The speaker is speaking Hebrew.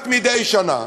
כמעט מדי שנה,